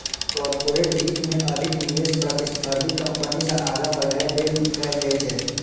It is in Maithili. कॉरपोरेट वित्त मे अधिक निवेश प्रतिस्पर्धी कंपनी सं आगां बढ़ै लेल कैल जाइ छै